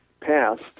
passed